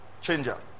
changer